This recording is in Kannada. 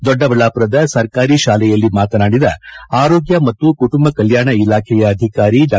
ದೊಡ್ಡಬಳ್ಳಾಮರದ ಸರ್ಕಾರಿ ಶಾಲೆಯಲ್ಲಿ ಮಾತನಾಡಿದ ಆರೋಗ್ಯ ಮತ್ತು ಕುಟುಂಬ ಕಲ್ಕಾಣ ಇಲಾಖೆಯ ಅಧಿಕಾರಿ ಡಾ